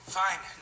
fine